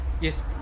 yes